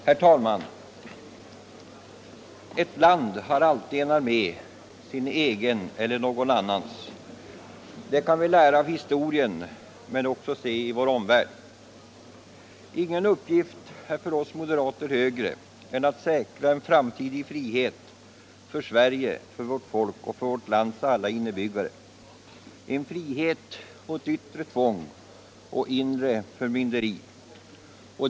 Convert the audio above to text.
Herr talman! Ett land har alltid en armé — sin egen eller någon annans. Detta kan vi lära av historien men också se i vår omvärld. Ingen uppgift är för oss moderater större än att säkra en framtid i frihet för Sverige, för vårt folk och för vårt lands alla inbyggare, en frihet mot yttre tvång och inre förmynderi.